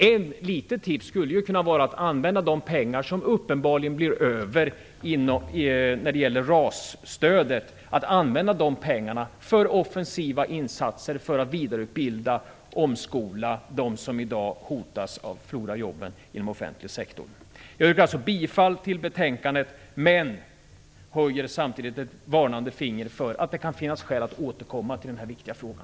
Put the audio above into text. Ett litet tips skulle kunna vara att använda de pengar som uppenbarligen blir över av RAS-stödet till offensiva insatser för att vidareutbilda och omskola dem som i dag riskerar att förlora jobben inom offentlig sektor. Jag yrkar bifall till utskottets hemställan. Men jag höjer samtidigt ett varnande finger för att det kan finnas skäl att återkomma till den här viktiga frågan.